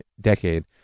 decade